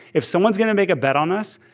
if someone is going to make a bet on us,